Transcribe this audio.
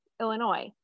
Illinois